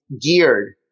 geared